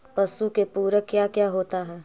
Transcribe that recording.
पशु के पुरक क्या क्या होता हो?